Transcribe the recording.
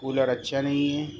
cooler اچھا نہیں ہیں